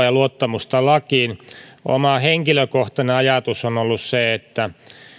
ja luottamusta lakiin oma henkilökohtainen ajatukseni on ollut se että